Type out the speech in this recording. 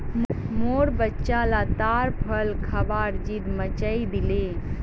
मोर बच्चा ला ताड़ फल खबार ज़िद मचइ दिले